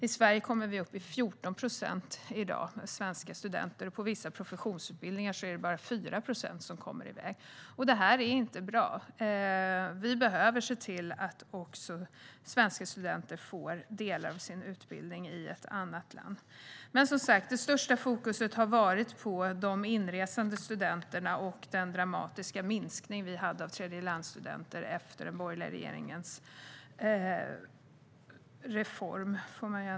I dag är det 14 procent av de svenska studenterna som kommer iväg, och på vissa professionsutbildningar är det bara 4 procent. Det är inte bra. Vi behöver se till att också svenska studenter får delar av sin utbildning i annat land. Men störst fokus har det varit på de inresande studenterna och den dramatiska minskningen av tredjelandsstudenter efter den borgerliga regeringens reform.